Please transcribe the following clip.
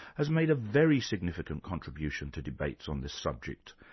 has made a very significant contribution to debates on this subject.